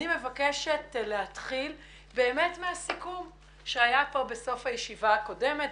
אני מבקשת להתחיל מהסיכום שהיה כאן בסוף הישיבה הקודמת,